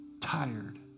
tired